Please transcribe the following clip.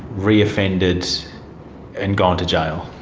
reoffended and gone to jail?